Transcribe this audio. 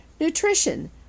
Nutrition